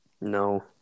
No